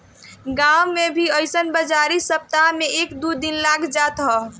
गांव में भी अइसन बाजारी सप्ताह में एक दू दिन लाग जात ह